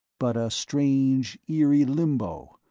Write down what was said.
but a strange eerie limbo,